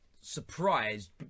surprised